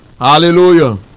Hallelujah